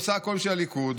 עושה הכול בשביל הליכוד,